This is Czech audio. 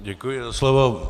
Děkuji za slovo.